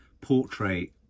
portrait